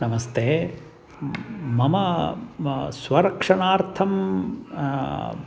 नमस्ते मम स्वरक्षणार्थं